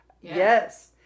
Yes